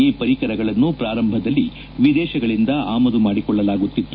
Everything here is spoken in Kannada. ಈ ಪರಿಕರಗಳನ್ನು ಪ್ರಾರಂಭದಲ್ಲಿ ವಿದೇಶಗಳಿಂದ ಆಮದು ಮಾಡಿಕೊಳ್ಳಲಾಗುತ್ತಿತ್ತು